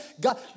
God